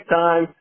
time